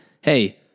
hey